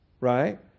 Right